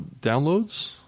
downloads